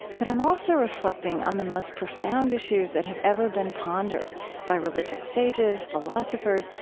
but i'm also reflecting on the most profound issues that have ever been pondered by religious sages, philosophers,